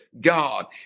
God